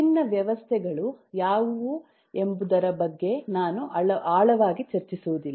ವಿಭಿನ್ನ ವ್ಯವಸ್ಥೆಗಳು ಯಾವುವು ಎಂಬುದರ ಬಗ್ಗೆ ನಾನು ಆಳವಾಗಿ ಚರ್ಚಿಸುವುದಿಲ್ಲ